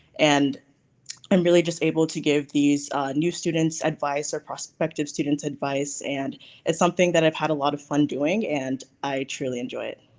and i'm really just able to give these new students advice or prospective students advice and it's something that i've had a lot of fun doing and i truly enjoy it.